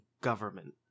government